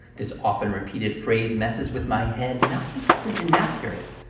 this often-repeated phrase messes with my head not because it's inaccurate,